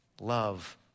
Love